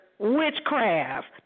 witchcraft